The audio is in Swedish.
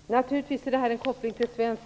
Fru talman! Naturligtvis finns här en koppling till svenskt